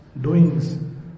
doings